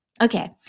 Okay